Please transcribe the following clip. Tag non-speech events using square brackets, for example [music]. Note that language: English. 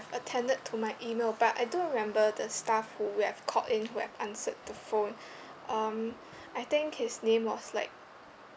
attended to my email but I do remember the staff who we have called in who have answered the phone [breath] um I think his name was like